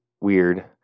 weird